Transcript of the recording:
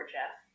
Jeff